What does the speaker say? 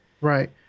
Right